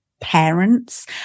parents